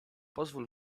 pozwól